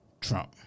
Trump